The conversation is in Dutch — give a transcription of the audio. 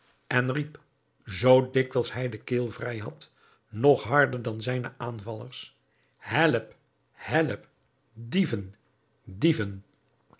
en riep zoo dikwijls hij de keel vrij had nog harder dan zijne aanvallers help help dieven dieven